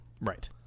right